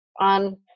on